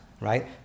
right